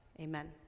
Amen